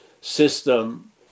system